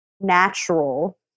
natural